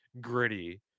Gritty